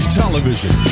television